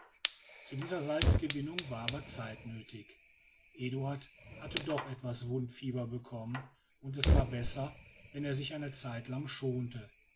zu dieser salzgewinnung war aber zeit nötig eduard hatte doch etwas wundfieber bekommen und es war besser wenn er sich eine zeitlang schonte